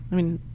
i mean